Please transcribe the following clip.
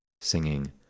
singing